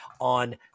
on